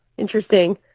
Interesting